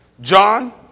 John